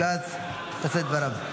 לרשותך שלוש דקות.